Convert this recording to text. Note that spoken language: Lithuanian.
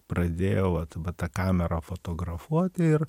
pradėjau vat va ta kamera fotografuoti ir